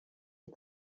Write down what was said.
est